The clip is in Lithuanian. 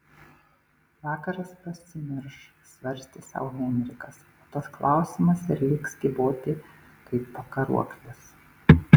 vakaras pasimirš svarstė sau henrikas o tas klausimas ir liks kyboti kaip pakaruoklis